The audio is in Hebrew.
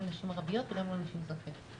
לנשים ערביות וגם לא לנשים מזרחיות.